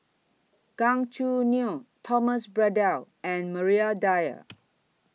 Gan Choo Neo Thomas Braddell and Maria Dyer